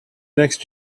next